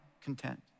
content